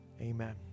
Amen